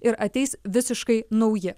ir ateis visiškai nauji